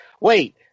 Wait